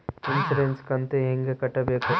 Insurance ಕಂತು ಹೆಂಗ ಕಟ್ಟಬೇಕು?